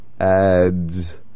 ads